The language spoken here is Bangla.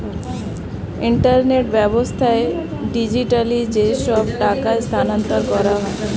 ইন্টারনেট ব্যাবস্থায় ডিজিটালি যেসব টাকা স্থানান্তর করা হয়